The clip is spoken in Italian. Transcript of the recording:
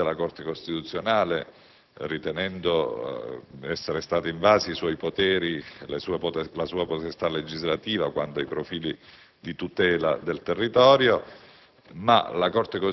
la legge avanti la Corte costituzionale, ritenendo essere stata invasa la sua potestà legislativa quanto ai profili di tutela del territorio,